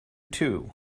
too